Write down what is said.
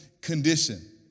condition